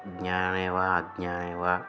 ज्ञाने वा अज्ञाने वा